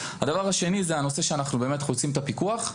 הדבר השני זה הנושא שאנחנו באמת רוצים את הפיקוח.